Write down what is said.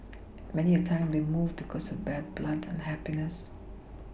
many a time they move because of bad blood unhapPiness